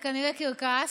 זה כנראה קרקס,